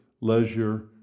leisure